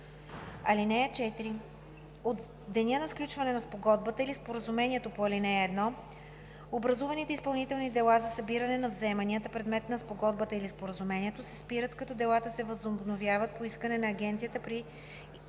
(4) От деня на сключването на спогодбата или споразумението по ал. 1 образуваните изпълнителни дела за събиране на вземанията – предмет на спогодбата или споразумението, се спират, като делата се възобновяват по искане на Агенцията при